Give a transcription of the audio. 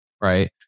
Right